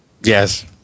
Yes